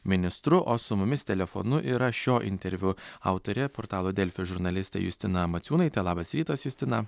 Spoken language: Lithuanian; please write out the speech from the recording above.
ministru o su mumis telefonu yra šio interviu autorė portalo delfi žurnalistė justina maciūnaitė labas rytas justina